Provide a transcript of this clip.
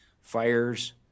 fires